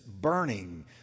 burning